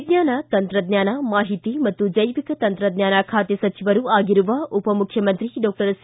ವಿಜ್ಞಾನ ತಂತ್ರಜ್ಞಾನ ಮಾಹಿತಿ ಮತ್ತು ಜೈವಿಕ ತಂತ್ರಜ್ಞಾನ ಖಾತೆ ಸಚಿವರೂ ಆಗಿರುವ ಉಪಮುಖ್ಯಮಂತ್ರಿ ಡಾಕ್ಟರ್ ಸಿ